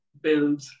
build